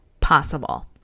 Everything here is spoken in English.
possible